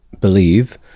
believe